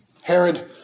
Herod